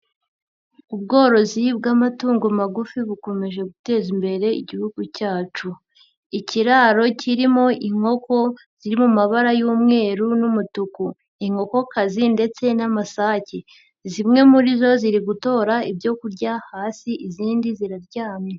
Ubworozi bw'amatungo magufi bukomeje guteza imbere igihugu cyacu, ikiraro kirimo inkoko ziri mu mabara y'umweru n'umutuku, inkokokazi ndetse n'amasake, zimwe muri zo ziri gutora ibyo kurya hasi izindi ziraryamye.